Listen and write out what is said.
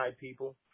people